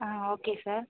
ah okay sir